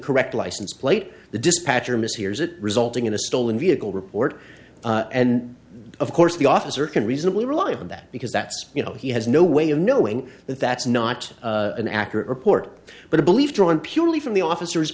correct license plate the dispatcher mishears it resulting in a stolen vehicle report and of course the officer can reasonably rely on that because that's you know he has no way of knowing that that's not an accurate report but a belief drawn purely from the officers